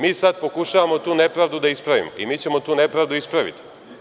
Mi sada pokušavamo tu nepravdu da ispravimo i mi ćemo tu nepravdu ispraviti.